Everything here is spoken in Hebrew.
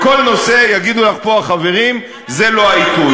בכל נושא, יגידו לך פה החברים, זה לא העיתוי.